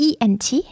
ENT